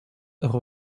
rue